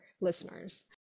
listeners